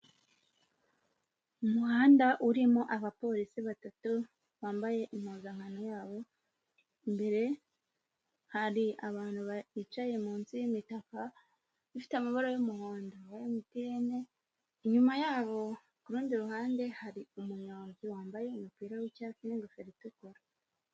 Umuhanda urimo abapolisi batatu bambaye impuzankano yabo, imbere hari abantu bicaye munsi y'imitaka ifite amabara y'umuhondo ya MTN, inyuma yabo ku rundi ruhande hari umunyonzi wambaye umupira w'icyatsi n'ingofero itukura.